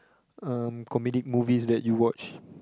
um comedic movies that you watch